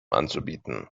anzubieten